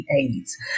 AIDS